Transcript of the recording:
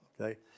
Okay